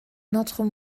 notre